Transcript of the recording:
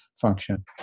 function